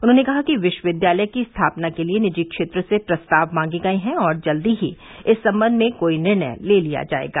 उन्होने कहा कि विश्वविद्यालय की स्थापना के लिये निजी क्षेत्र से प्रस्ताव मांगे गये हैं और जल्द ही इस सम्बन्ध में कोई निर्णय ले लिया जाएगा